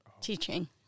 teaching